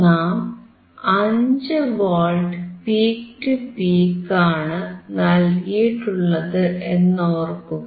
നാം 5 volt peak to peak ആണ് നൽകിയിട്ടുള്ളത് എന്ന് ഓർക്കുക